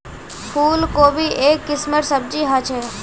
फूल कोबी एक किस्मेर सब्जी ह छे